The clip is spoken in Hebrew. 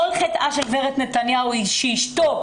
כל חטאה של גברת נתניהו הוא שהיא אשתו